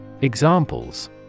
Examples